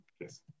Yes